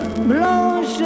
blanche